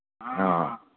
ꯑꯥ